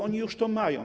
Oni już to mają.